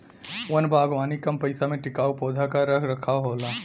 वन बागवानी कम पइसा में टिकाऊ पौधा क रख रखाव होला